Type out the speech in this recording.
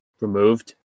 removed